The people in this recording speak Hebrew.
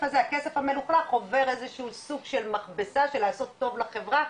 הזה הכסף המלוכלך עובר איזשהו סוג של מכבסה של לעשות טוב לחברה,